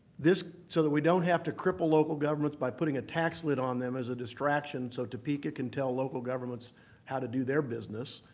so that we don't have to cripple local governments by putting a tax lid on them as a distraction so topeka can tell local governments how to do their business.